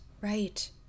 right